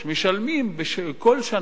משלמים כל שנה